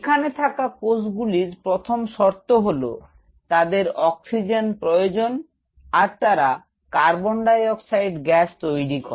এখানে থাকা কোষগুলির প্রথম শর্ত হল তাদের অক্সিজেন প্রয়োজন আর তারা কার্বন ডাইঅক্সাইড গ্যাস তৈরি করে